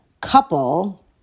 couple